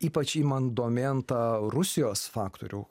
ypač imant domėn tą rusijos faktorių